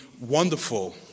wonderful